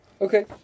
Okay